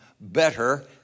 better